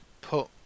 put